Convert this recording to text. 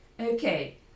okay